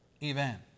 event